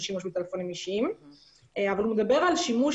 שימוש בטלפונים אישיים אבל הוא מדבר על שימוש